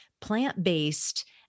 plant-based